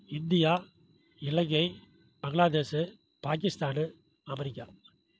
India Ilangai Bangladesh Pakistan America